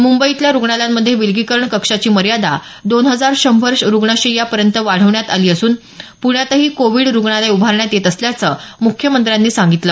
मुंबईतल्या रुग्णालयांमध्ये विलगीकरण कक्षाची मर्यादा दोन हजार शंभर रुग्णशय्यापर्यंत वाढवण्यात आली असून पुण्यातही कोविड रुग्णालय उभारण्यात येत असल्याचं मुख्यमंत्र्यांनी सांगितलं